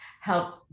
help